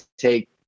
take